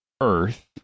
earth